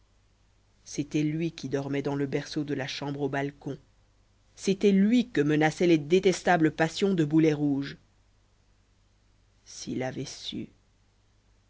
c'était lui qui dormait dans le berceau de la chambre au balcon c'était lui que menaçaient les détestables passions de bouletrouge s'il avait su